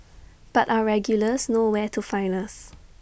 but our regulars know where to find us